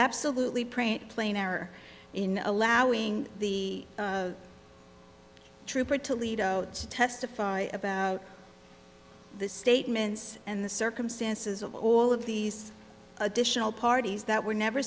absolutely print plain error in allowing the trooper toledo to testify about the statements and the circumstances of all of these additional parties that were never